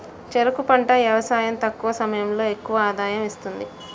చెరుకు పంట యవసాయం తక్కువ సమయంలో ఎక్కువ ఆదాయం ఇస్తుంది